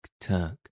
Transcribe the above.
Turk